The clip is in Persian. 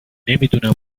نمیدونم